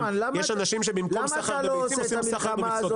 אבל למה אתה לא עושה את המלחמה הזאת